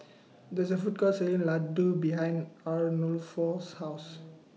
There IS A Food Court Selling Ladoo behind Arnulfo's House